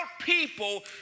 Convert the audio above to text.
people